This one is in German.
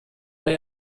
bei